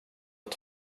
att